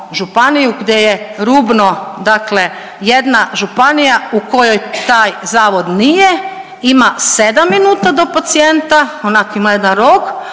županiju gdje je rubno dakle jedna županija u kojoj taj zavod nije, ima sedam minuta do pacijenta onak ima jedan rok,